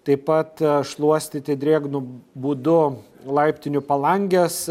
taip pat šluostyti drėgnu būdu laiptinių palanges